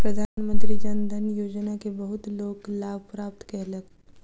प्रधानमंत्री जन धन योजना के बहुत लोक लाभ प्राप्त कयलक